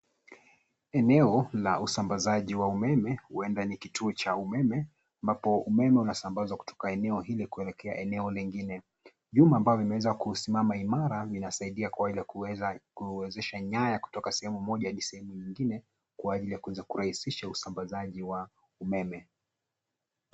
Eneo la usambazaji wa umeme, huenda ni kituo cha umeme ambapo umeme unasambazwa kutoka eneo hili kuelekea eneo lingine. Vyuma ambavyo vimeweza kusimama imara vinasaidia kwa ajili ya kuwezesha nyaya kutoka sehemu moja hadi nyingine kwa ajili ya kurahisisha usambazaji wa umeme.